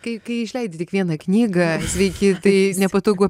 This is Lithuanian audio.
kai kai išleidi tik vieną knygą sveiki tai nepatogu